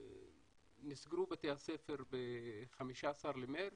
בתי הספר נסגרו ב-15 במרץ,